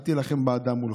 אל תילחם באדם מולך.